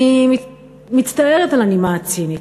אני מצטערת על הנימה הצינית,